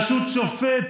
בראשות שופט